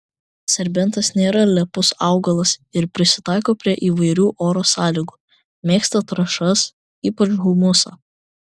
serbentas nėra lepus augalas ir prisitaiko prie įvairių oro sąlygų mėgsta trąšas ypač humusą